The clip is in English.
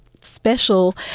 special